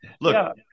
Look